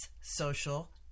social